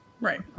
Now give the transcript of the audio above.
Right